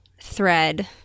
thread